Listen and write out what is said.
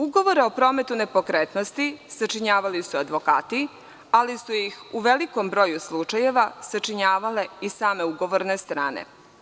Ugovor o prometu nepokretnosti sačinjavali su advokati, ali su ih u velikom broju slučajeva sačinjavale i same ugovorne strane.